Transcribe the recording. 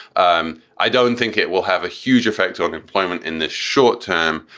um i don't think it will have a huge effect on employment in the short term.